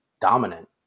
dominant